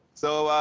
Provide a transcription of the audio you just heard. so,